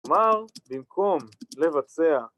‫כלומר, במקום לבצע.